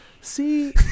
See